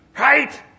right